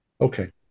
okay